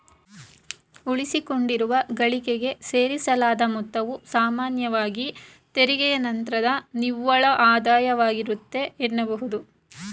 ಉಳಿಸಿಕೊಂಡಿರುವ ಗಳಿಕೆಗೆ ಸೇರಿಸಲಾದ ಮೊತ್ತವು ಸಾಮಾನ್ಯವಾಗಿ ತೆರಿಗೆಯ ನಂತ್ರದ ನಿವ್ವಳ ಆದಾಯವಾಗಿರುತ್ತೆ ಎನ್ನಬಹುದು